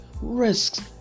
risks